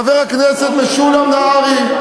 חבר הכנסת משולם נהרי,